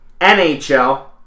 NHL